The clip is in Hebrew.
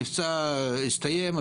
המבצע הסתיים,